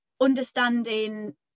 understanding